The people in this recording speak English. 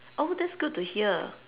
oh that's good to hear